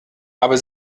aber